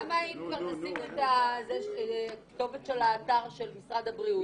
כאשר מכניסים אזהרה כזאת על המוצר הזה, האם